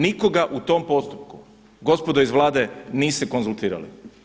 Nikoga u tom postupku gospodo iz Vlade niste konzultirali.